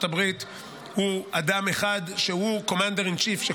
הברית הוא אדם אחד שהוא Commander in Chief,